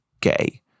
gay